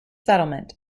settlement